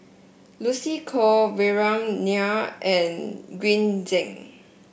Lucy Koh Vikram Nair and Green Zeng